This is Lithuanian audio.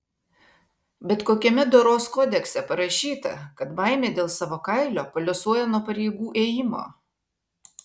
bet kokiame doros kodekse parašyta kad baimė dėl savo kailio paliuosuoja nuo pareigų ėjimo